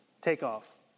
takeoff